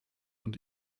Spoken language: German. und